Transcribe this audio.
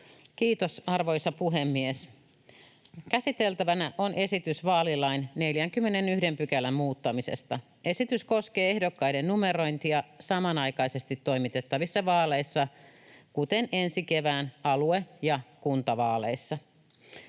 Kiitos, arvoisa puhemies! Käsiteltävänä on esitys vaalilain 41 §:n muuttamisesta. Esitys koskee ehdokkaiden numerointia samanaikaisesti toimitettavissa vaaleissa, kuten ensi kevään alue- ja kuntavaaleissa.